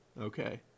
Okay